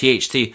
THT